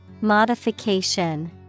Modification